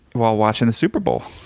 while watching the super bowl.